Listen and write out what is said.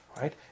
right